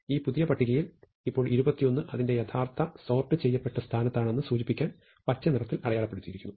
ഈ പുതിയ പട്ടികയിൽ ഇപ്പോൾ 21 അതിന്റെ യഥാർത്ഥ സോർട്ട് ചെയ്യപ്പെട്ട സ്ഥാനത്താണെന്ന് സൂചിപ്പിക്കാൻ പച്ച നിറത്തിൽ അടയാളപ്പെടുത്തിയിരിക്കുന്നു